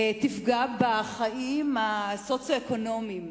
תפגע בחיים הסוציו-אקונומיים.